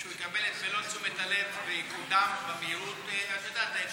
שהוא יקבל את מלוא תשומת הלב ויקודם במהירות האפשרית?